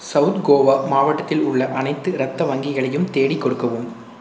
south Goa மாவட்டத்தில் உள்ள அனைத்து இரத்த வங்கிகளையும் தேடிக் கொடுக்கவும்